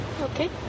Okay